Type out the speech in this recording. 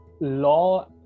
law